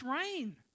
rain